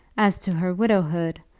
as to her widowhood,